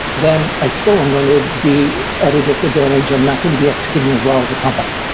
then i still i'm going to be at a disadvantage of not going to be executing as well as a company.